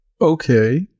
Okay